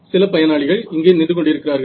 சில பயனாளிகள் இங்கே நின்று கொண்டிருக்கிறார்கள்